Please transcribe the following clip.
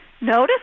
notice